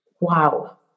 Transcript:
Wow